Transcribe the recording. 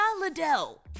Liddell